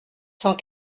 cent